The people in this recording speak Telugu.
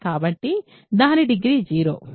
కాబట్టి దాని డిగ్రీ 0